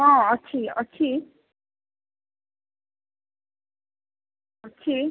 ହଁ ଅଛି ଅଛି ଅଛି